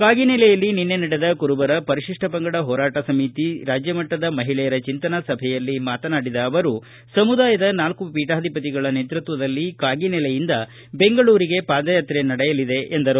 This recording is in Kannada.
ಕಾಗಿನೆಲೆಯಲ್ಲಿ ನಿನ್ನೆ ನಡೆದ ಕುರುಬರ ಪರಿಶಿಷ್ಟ ಪಂಗಡ ಹೋರಾಟ ಸಮಿತಿ ವಿರ್ಪಡಿಸಿದ್ದ ರಾಜ್ಯಮಟ್ಟದ ಮಹಿಳೆಯರ ಚಿಂತನಾ ಸಭೆಯಲ್ಲಿ ಮಾತನಾಡಿದ ಅವರು ಸಮುದಾಯದ ನಾಲ್ಲು ಪೀಠಾಧಿಪತಿಗಳ ನೇತೃತ್ವದಲ್ಲಿ ಕಾಗಿನೆಲೆಯಿಂದ ಬೆಂಗಳೂರಿಗೆ ಪಾದಯಾತ್ರೆ ನಡೆಯಲಿದೆ ಎಂದರು